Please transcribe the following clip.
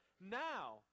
now